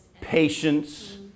patience